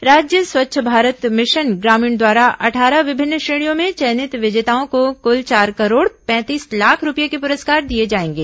राज्य स्वच्छ भारत मिशन ग्रामीण द्वारा अट्ठारह विभिन्न श्रेणियों में चयनित विजेताओं को कुल चार करोड़ पैंतीस लाख रूपए के पुरस्कार दिए जाएंगे